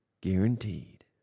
guaranteed